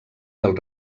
del